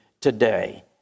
today